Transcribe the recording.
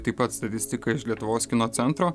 taip pat statistika iš lietuvos kino centro